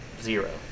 Zero